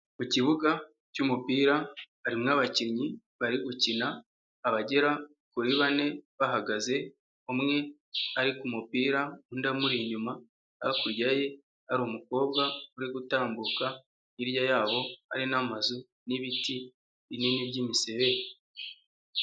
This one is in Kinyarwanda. Ku kibuga cy'umupira, harimo abakinnyi bari gukina, abagera kuri bane bahagaze, umwe ari ku mupira, undi amuri inyuma, hakurya ye hari umukobwa uri gutambuka, hirya yabo hari n'amazu n'ibiti binini by'imiseya.